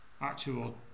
actual